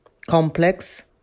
complex